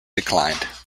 declined